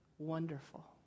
Wonderful